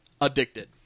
addicted